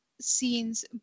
scenes